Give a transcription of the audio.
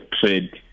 trade